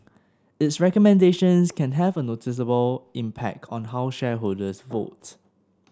its recommendations can have a noticeable impact on how shareholders vote